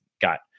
got